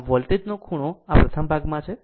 આમ વોલ્ટેજ નું ખૂણો આ પ્રથમ ભાગમાં છે